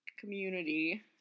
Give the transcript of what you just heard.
Community